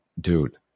dude